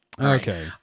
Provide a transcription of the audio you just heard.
Okay